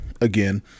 again